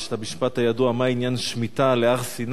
יש המשפט הידוע: מה עניין שמיטה להר-סיני?